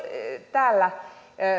täällä